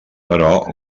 però